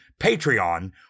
Patreon